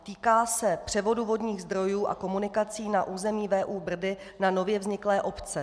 Týká se převodu vodních zdrojů a komunikací na území VÚ Brdy na nově vzniklé obce.